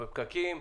בפקקים,